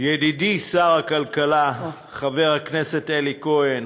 ידידי שר הכלכלה חבר הכנסת אלי כהן,